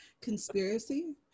Conspiracy